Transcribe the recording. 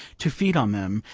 to feed on them,